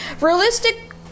realistic